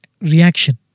reaction